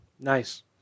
Nice